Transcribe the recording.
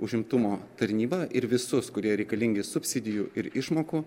užimtumo tarnybą ir visus kurie reikalingi subsidijų ir išmokų